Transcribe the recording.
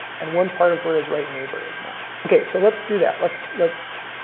and one part of where his right neighbor is now. okay, so let's do that. let's, let's,